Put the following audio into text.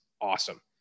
awesome